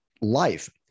life